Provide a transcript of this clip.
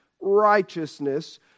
righteousness